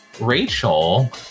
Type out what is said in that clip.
Rachel